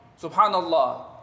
Subhanallah